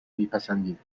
میپسندین